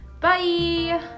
Bye